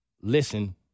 Listen